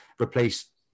replace